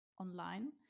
online